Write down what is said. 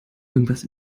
irgendwas